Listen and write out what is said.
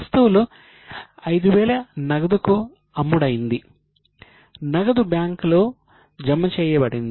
వస్తువులు 5000 నగదుకు అమ్ముడైంది